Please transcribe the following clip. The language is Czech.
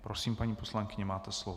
Prosím, paní poslankyně, máte slovo.